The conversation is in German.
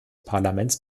parlaments